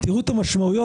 תראו את המשמעויות.